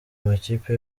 amakipe